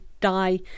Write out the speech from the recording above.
die